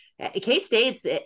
k-state's